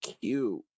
cute